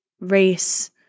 race